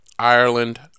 ireland